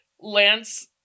Lance